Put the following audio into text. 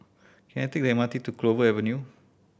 can I take the M R T to Clover Avenue